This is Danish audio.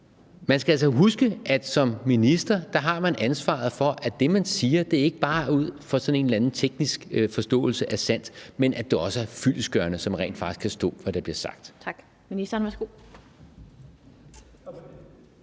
Man skal altså huske, at som minister har man et ansvar for, at det, man siger, ikke bare ud fra sådan en eller anden teknisk forståelse er sandt, men at det også er fyldestgørende, så vi rent faktisk kan forstå, hvad der bliver sagt. Kl. 15:18 Den fg.